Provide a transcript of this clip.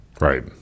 Right